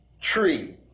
tree